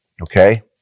okay